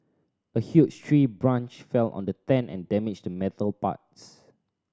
a huge tree branch fell on the tent and damaged the metal parts